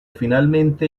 finalmente